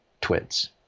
twits